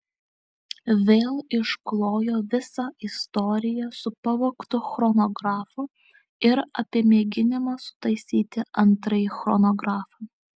vėl išklojo visą istoriją su pavogtu chronografu ir apie mėginimą sutaisyti antrąjį chronografą